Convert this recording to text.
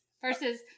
Versus